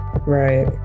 Right